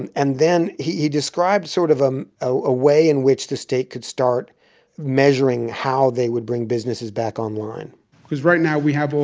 and and then he described sort of um a way in which the state could start measuring how they would bring businesses back on line because right now we have all,